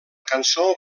cançó